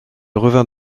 revint